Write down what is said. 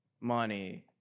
money